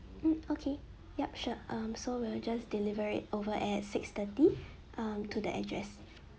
mm okay yup sure um so we'll just deliver it over at six thirty um to the address